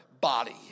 body